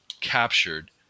captured